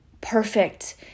perfect